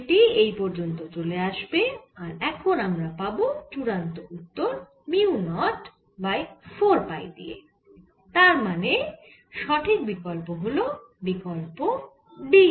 সেটিই এই পর্যন্ত চলে আসবে আর এখন আমরা পাবো চুড়ান্ত উত্তর মিউ নট বাই 4 পাই তার মানে সঠিক বিকল্প হল বিকল্প D